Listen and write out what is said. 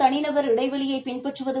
தனிநபர் இடைவெளியை பின்பற்றுவது